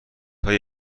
های